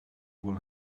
will